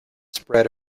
spread